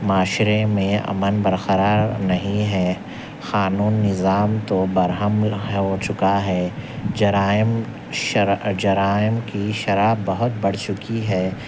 معاشرے میں امن برقرار نہیں ہے قانون نظام تو برہم ہو چکا ہے جرائم شرح جرائم کی شرح بہت بڑھ چکی ہے